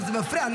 מירב, זה מפריע.